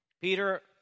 Peter